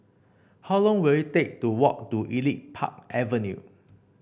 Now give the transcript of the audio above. how long will it take to walk to Elite Park Avenue